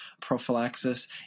prophylaxis